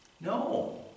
No